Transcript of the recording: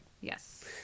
Yes